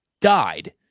died